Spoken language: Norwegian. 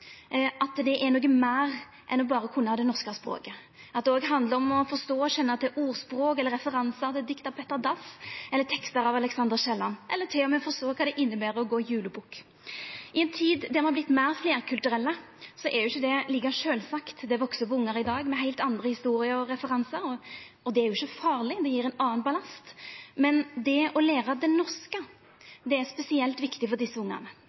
språket. Det handlar òg om å forstå og kjenna til ordspråk eller referansar til dikt av Petter Dass eller tekstar av Alexander Kielland, eller til og med forstå kva det inneber å gå julebukk. I ei tid der me har vorte meir fleirkulturelle, er ikkje det like sjølvsagt der det veks opp ungar i dag med heilt andre historier og referansar. Det er jo ikkje farleg, det gjev ein annan ballast. Men det å læra det norske er spesielt viktig for desse ungane,